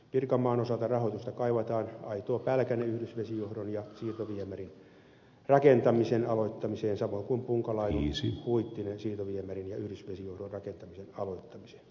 pirkanmaan osalta rahoitusta kaivataan aitoopälkäne yhdysvesijohdon ja siirtoviemärin rakentamisen aloittamiseen samoin kuin punkalaidunhuittinen siirtoviemärin ja yhdysvesijohdon rakentamisen aloittamiseen